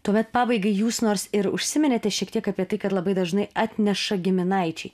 tuomet pabaigai jūs nors ir užsiminėte šiek tiek apie tai kad labai dažnai atneša giminaičiai